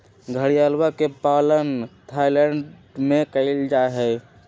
घड़ियलवा के पालन थाईलैंड में कइल जाहई